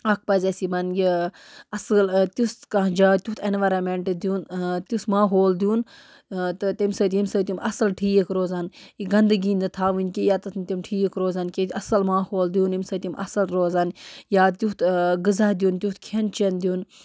اَکھ پَزِ اَسہِ یِمَن یہِ اصل تِژھ کانہہ جاے تیُتھ اینویرمٮ۪نٹ دِیُن تیُتھ ماحول دِیُن تہٕ تَمہِ سۭتۍ ییٚمہِ سۭتۍ یِم اصل ٹھٖیک روزَن یہِ گَندگی نہٕ تھاوٕنۍ کیٚنٛہہ ییٚتَتھ نہٕ تِم ٹھیٖک روزَن کیازِ اصل ماحول دِیُن ییٚمہِ سۭتۍ تِم اصل روزَن یا تِیُتھ غذا دِیُن تِیُتھ کھٮ۪ن چٮ۪ن دِیُن